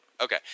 Okay